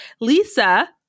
Lisa